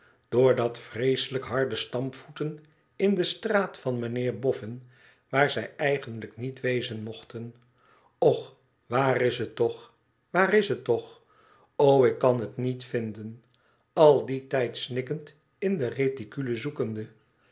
dat vreeselijk harde stampvoeten in de straat van mijnheer boffin waar zij eigenlijk niet wezen mochten och waar is het toch waar is het toch o ik kan het niet vinden al dien tijd snikkend in de reticule zoekende